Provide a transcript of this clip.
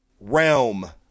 Realm